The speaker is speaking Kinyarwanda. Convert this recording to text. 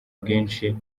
bwinshi